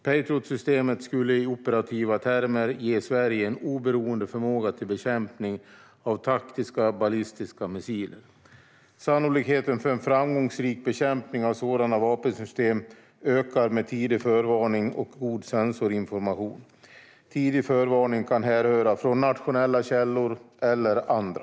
Patriotsystemet skulle i operativa termer ge Sverige en oberoende förmåga till bekämpning av taktiska ballistiska missiler. Sannolikheten för en framgångsrik bekämpning av sådana vapensystem ökar med tidig förvarning och god sensorinformation. Tidig förvarning kan härröra från nationella källor eller andra.